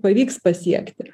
pavyks pasiekti